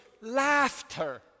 laughter